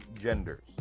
genders